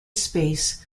space